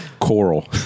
Coral